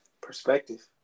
Perspective